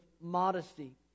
modesty